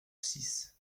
six